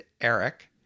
Eric